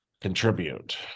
contribute